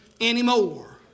anymore